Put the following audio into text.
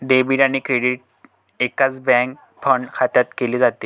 debit आणि credit एकाच bank fund खात्यात केले जाते